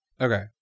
Okay